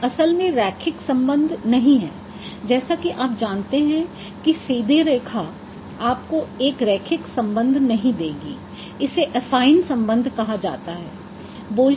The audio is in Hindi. यह असल में रैखिक संबंध नहीं है जैसा कि आप जानते हैं कि सीधी रेखा आपको एक रैखिक संबंध नहीं देगी इसे अफाइन संबंध कहा जाता है